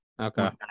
Okay